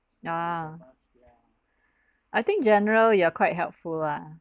ah I think general you're quite helpful lah